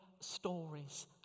stories